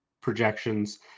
projections